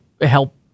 Help